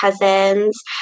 cousins